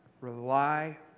Rely